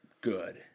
good